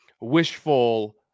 wishful